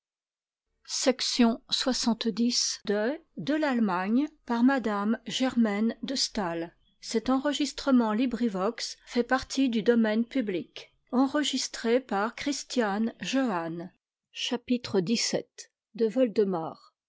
de m de